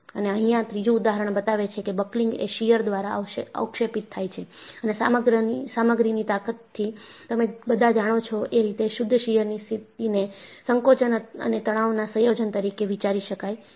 અને અહિયાં ત્રીજું ઉદાહરણ બતાવે છે કે બકલિંગ એ શીયર દ્વારા અવક્ષેપિત થાય છે અને સામગ્રીની તાકતથી તમે બધા જાણો છો એ રીતે શુદ્ધ શીયરની સ્થિતિને સંકોચન અને તણાવના સંયોજન તરીકે વિચારી શકાય છે